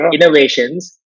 innovations